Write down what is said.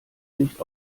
nicht